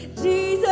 the